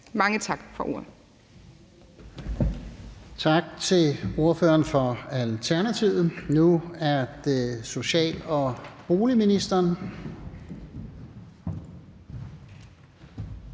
Brask): Tak til ordføreren for Alternativet. Nu er det social- og boligministeren.